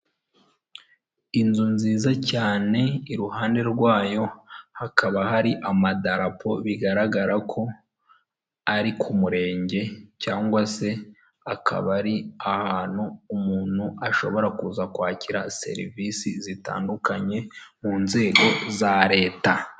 Inzu nziza cyane iruhande rwayo hakaba hari amadarapo bigaragara ko ari ku murenge cyangwa se akaba ari ahantu umuntu ashobora kuza kwakira serivisi zitandukanye, mu nzego za leta.